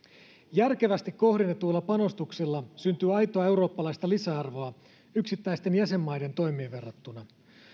järkevästi kohdennetuilla panostuksilla syntyy aitoa eurooppalaista lisäarvoa yksittäisten jäsenmaiden toimiin verrattuna